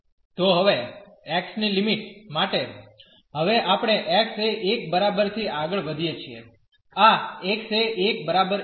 તો હવે x ની લિમિટ માટે હવે આપણે x એ 1 બરાબર થી આગળ વધીએ છીએ આ x એ 1 બરાબર 1